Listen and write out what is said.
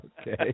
Okay